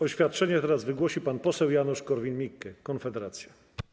Oświadczenie teraz wygłosi pan poseł Janusz Korwin-Mikke, Konfederacja.